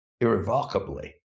irrevocably